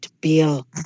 bill